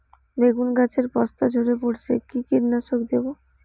বেগুন গাছের পস্তা ঝরে পড়ছে কি কীটনাশক দেব?